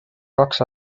kaks